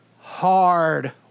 hard